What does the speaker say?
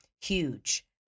Huge